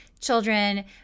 children